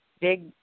big